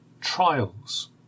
Trials